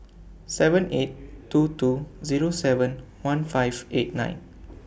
seven eight two two Zero seven one five eight nine